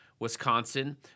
Wisconsin